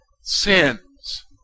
sins